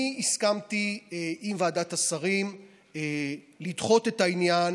אני הסכמתי עם ועדת השרים לדחות את העניין